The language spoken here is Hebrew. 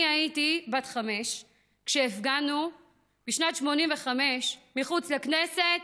אני הייתי בת חמש כשהפגנו בשנת 1985 מחוץ לכנסת